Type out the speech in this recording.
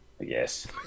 Yes